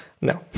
No